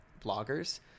bloggers